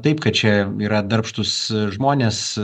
taip kad čia yra darbštūs žmonės